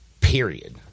period